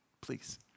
please